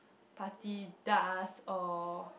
party does or